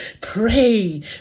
Pray